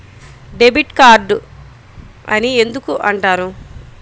Debit card అని ఎందుకు అంటారు?